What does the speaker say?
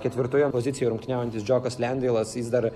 ketvirtoje pozicijoje rungtyniaujantis džiokas lendeilas jis dar